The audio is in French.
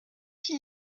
qu’il